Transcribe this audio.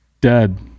Dead